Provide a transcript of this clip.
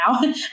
now